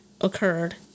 occurred